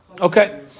Okay